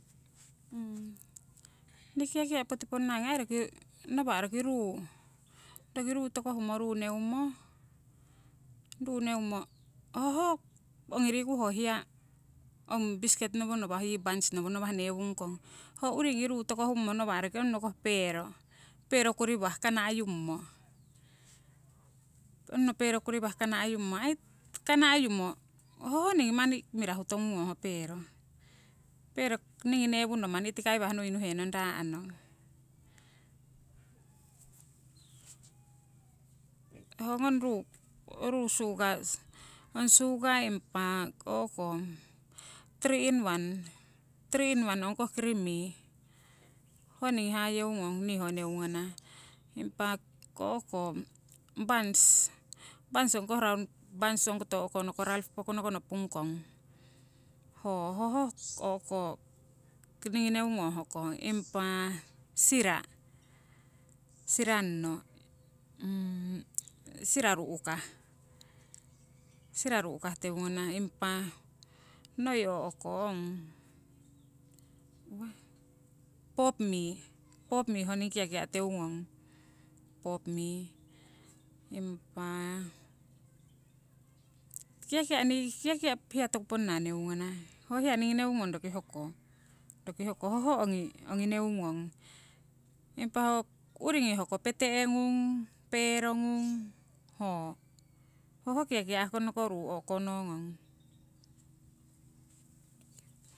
nii kiakia' poti ponna ngi ai roki nawa' roki ruu, roki ruu tokohumo ruu neumo, ruu neumo hoho ongi riku ho hiya ong biskit nowo ngawha yii, bans nowo ngawah newungkong. Ho uringi ruu tokohummo nawa' roki onunno koh pero, pero kuriwah kana' yummo. Onunno pero kuriwah kana' yummo ai kana'yumo hoho ningi manni mirahu tongu ngong ho pero. Pero ningi newunno manni itikaiwah nuinuhe nong raa'no. ho ngong ruu, ruu sugar, ong sugar impa o'ko tri in wan, tri in wan ongkoh creamy, ho ningi hayeungong, nii ho neungana. Impa o'ko bans, bans ongkoh raun bans ongkoto o'konoko ralph pokonoko nopungkong. Ho hoho o'ko ningi nuengong hoko, impa sira, siranno sira ru'kah, sira ru'kah teungana impa noi o'ko ong popmi, popmi ho ningi kiakia' teungong, popmi impa kiakia' nii kiakia' nii hiya toku ponna neungana. Ho hiya ningi neungong roki hoko, hoho ningi ongi neungong. Impa ho uringi hoko pete' ngung, pero ngung, hoo hoho kiakia' honnoko ruu o'konong.